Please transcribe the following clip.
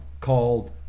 called